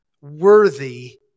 worthy